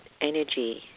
energy